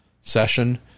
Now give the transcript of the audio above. session